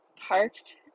parked